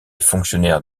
fonctionnaire